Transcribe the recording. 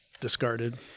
discarded